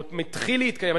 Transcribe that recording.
או מתחיל להתקיים,